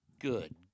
good